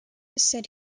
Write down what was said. said